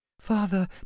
father